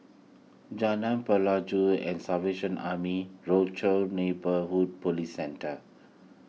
Jalan Pelajau the Salvation Army Rochor Neighborhood Police Centre